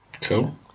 Cool